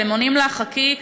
והם עונים לה: חכי,